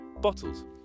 Bottles